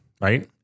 right